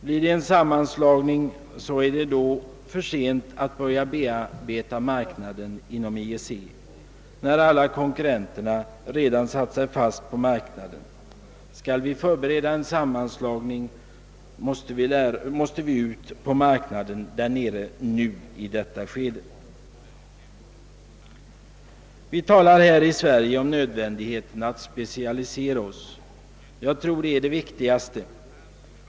Blir det en sammanslagning, är det för sent att börja bearbeta marknaden inom EEC när alla konkurrenter redan satt sig fast på den. Skall vi förbereda en sammanslagning, måste vi gå ut på marknaden där nere nu, i detta skede. Vi talar här i Sverige om nödvändigheten av att specialisera oss. Jag tror att det är det viktigaste.